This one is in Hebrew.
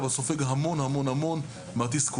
אבל סופג המון המון המון מהתסכולים,